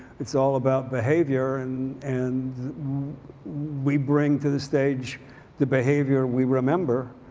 it's all about behavior and and we bring to the stage the behavior we remember.